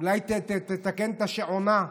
אולי תתקן את השעונה.